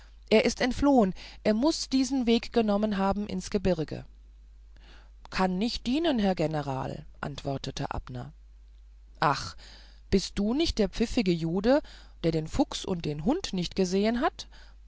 er ist entflohen er muß diesen weg genommen haben ins gebirg kann nicht dienen herr general antwortete abner ach bist du nicht der pfiffige jude der den fuchsen und den hund nicht gesehen hat